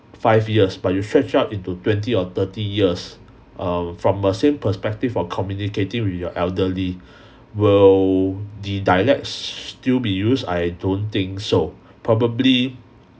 five years but you stretch out into twenty or thirty years um from a same perspective of communicating with your elderly will the dialects still be used I don't think so probably